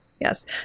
Yes